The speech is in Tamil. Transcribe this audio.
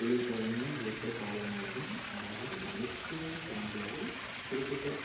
குளிர்காலம் ஏற்றகாலமாகும் அதாவது அனைத்தும் சொல்ல முடியாது குறிப்பிட்ட